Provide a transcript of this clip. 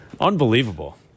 Unbelievable